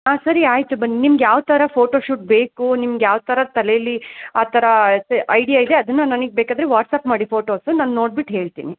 ಹಾಂ ಸರಿ ಆಯಿತು ಬನ್ನಿ ನಿಮ್ಗೆ ಯಾವ ಥರ ಫೋಟೋ ಶೂಟ್ ಬೇಕು ನಿಮ್ಗೆ ಯಾವ ಥರ ತಲೇಲಿ ಆ ಥರ ಐಡಿಯಾ ಇದೆ ಅದನ್ನು ನನಗ್ ಬೇಕಾದರೆ ವಾಟ್ಸ್ಆ್ಯಪ್ ಮಾಡಿ ಫೋಟೋಸು ನಾನು ನೋಡ್ಬಿಟ್ಟು ಹೇಳ್ತೀನಿ